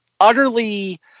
utterly